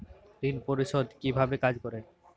ঋণ পরিশোধ কিভাবে কাজ করে?